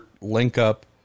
link-up